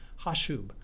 Hashub